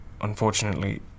unfortunately